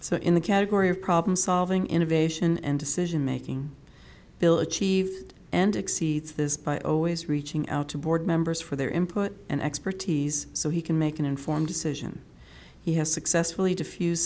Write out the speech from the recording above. so in the category of problem solving innovation and decision making bill a chief and exceeds this by always reaching out to board members for their input and expertise so he can make an informed decision he has successfully defuse